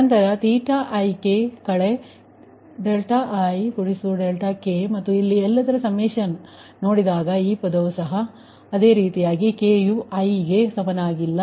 ನಂತರ ik ik ಮತ್ತು ಇಲ್ಲಿ ಎಲ್ಲದರ ಸಮ್ಮೇಶನ್ ಆದರೆ ನೋಡಿದಾಗ ಈ ಪದವು ಸಹ ಇದೆ ಮತ್ತು ಈ k ಯು i ಗೆ ಸಮವಾಗಿಲ್ಲ